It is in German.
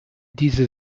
diese